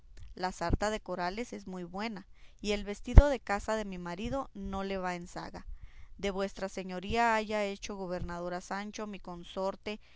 la sarta de corales es muy buena y el vestido de caza de mi marido no le va en zaga de que vuestra señoría haya hecho gobernador a sancho mi consorte